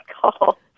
call